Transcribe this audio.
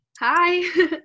Hi